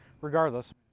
Regardless